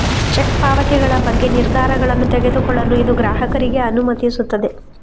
check ಪಾವತಿಗಳ ಬಗ್ಗೆ ನಿರ್ಧಾರಗಳನ್ನು ತೆಗೆದುಕೊಳ್ಳಲು ಇದು ಗ್ರಾಹಕರಿಗೆ ಅನುಮತಿಸುತ್ತದೆ